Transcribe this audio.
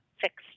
fixed